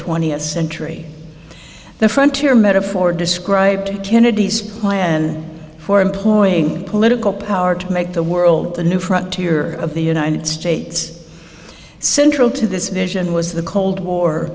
century the frontier metaphor described kennedy's plan for employing political power to make the world the new frontier of the united states central to this vision was the cold war